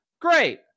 Great